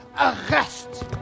arrest